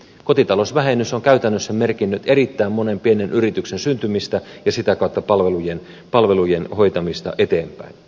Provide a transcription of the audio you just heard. kotitalousvähennys on käytännössä merkinnyt erittäin monen pienen yrityksen syntymistä ja sitä kautta palvelujen hoitamista eteenpäin